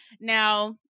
Now